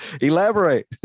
elaborate